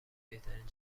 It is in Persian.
بهترین